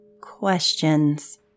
questions